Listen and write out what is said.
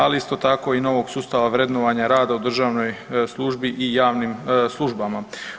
Ali isto tako i novog sustava vrednovanja rada u državnoj službi i javnim službama.